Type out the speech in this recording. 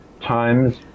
times